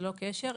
ללא קשר,